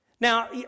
Now